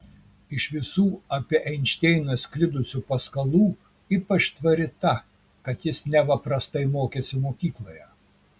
iš visų apie einšteiną sklidusių paskalų ypač tvari ta kad jis neva prastai mokėsi mokykloje